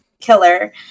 Killer